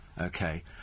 okay